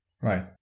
Right